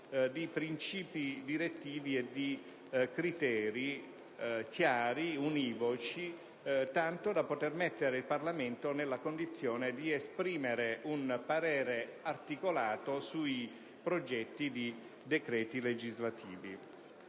di principi direttivi e di criteri chiari, univoci, tanto da poter mettere il Parlamento nella condizione di esprimere un parere articolato sui progetti di decreti legislativo.